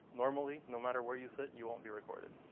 normally, no matter where you sit, you won't be recorded.